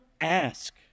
ask